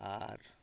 ᱟᱨ